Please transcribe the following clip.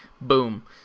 Boom